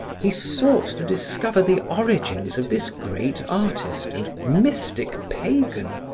he sought to discover the origins of this great artist and mystic pagan,